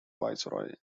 viceroy